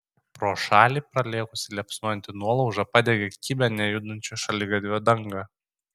pro šalį pralėkusi liepsnojanti nuolauža padegė kibią nejudančio šaligatvio dangą